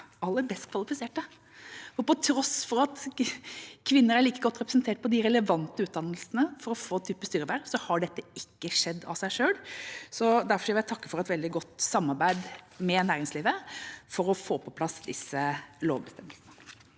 aller best kvalifiserte. Til tross for at kvinner er like godt representert i de relevante utdannelsene for å få styreverv, har dette ikke skjedd av seg selv. Derfor vil jeg takke for et veldig godt samarbeid med næringslivet for å få på plass disse lovbestemmelsene.